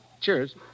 cheers